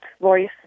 voice